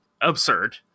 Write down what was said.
absurd